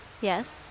Yes